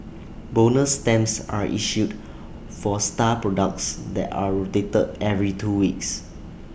bonus stamps are issued for star products that are rotated every two weeks